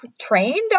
trained